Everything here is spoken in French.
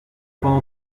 pendant